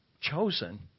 chosen